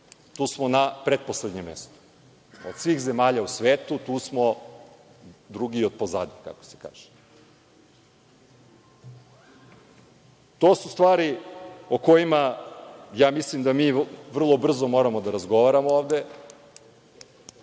Tu smo na pretposlednjem mestu. Od svih zemalja u svetu, tu smo drugi od pozadi, kako se kaže. To su stvari o kojima, ja mislim, da mi vrlo brzo moramo da razgovaramo ovde.